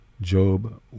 Job